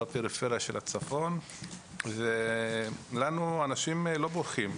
בפריפריה של הצפון ולנו אנשים לא בוכים,